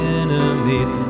enemies